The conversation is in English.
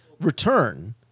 return